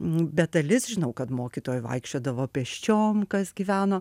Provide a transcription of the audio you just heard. bet dalis žinau kad mokytojai vaikščiodavo pėsčiom kas gyveno